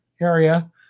area